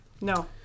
No